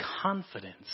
confidence